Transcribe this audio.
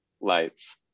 lights